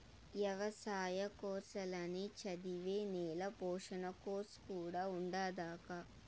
ఎవసాయ కోర్సుల్ల నే చదివే నేల పోషణ కోర్సు కూడా ఉండాదక్కా